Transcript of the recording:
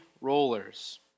rollers